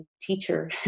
teacher